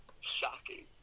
shocking